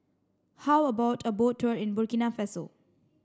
how about a boat tour in Burkina Faso